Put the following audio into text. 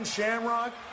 Shamrock